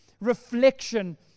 reflection